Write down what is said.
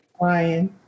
Ryan